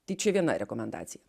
tai čia viena rekomendacija